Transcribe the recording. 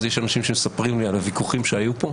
יש אנשים שמספרים לי על הוויכוחים היו כאן.